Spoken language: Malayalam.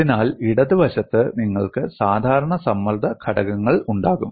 അതിനാൽ ഇടത് വശത്ത് നിങ്ങൾക്ക് സാധാരണ സമ്മർദ്ദ ഘടകങ്ങൾ ഉണ്ടാകും